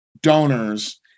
Donors